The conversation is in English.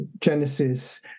Genesis